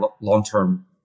long-term